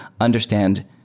understand